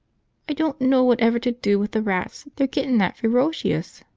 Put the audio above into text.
i don't know whatever to do with the rats, they're gettin' that fearocious!